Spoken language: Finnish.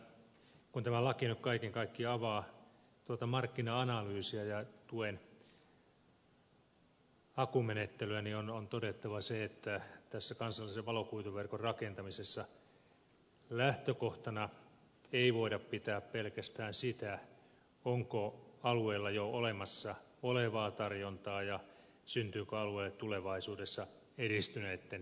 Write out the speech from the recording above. ensinnäkin kun tämä laki nyt kaiken kaikkiaan avaa tuota markkina analyysia ja tuen hakumenettelyä niin on todettava se että tässä kansallisen valokuituverkon rakentamisessa lähtökohtana ei voida pitää pelkästään sitä onko alueella jo olemassa olevaa tarjontaa ja syntyykö alueelle tulevaisuudessa edistyneitten viestintäpalveluitten tarjontaa